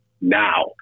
now